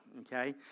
okay